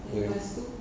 ya